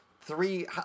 three